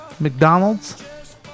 McDonald's